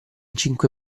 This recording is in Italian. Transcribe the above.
cinque